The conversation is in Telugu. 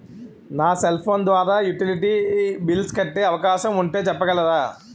నా సెల్ ఫోన్ ద్వారా యుటిలిటీ బిల్ల్స్ కట్టే అవకాశం ఉంటే చెప్పగలరా?